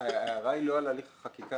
ההערה היא לא על הליך החקיקה.